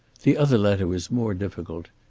the other letter was more difficult,